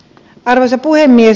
arvoisa puhemies